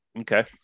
Okay